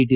T